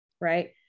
right